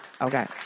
Okay